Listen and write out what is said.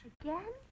Again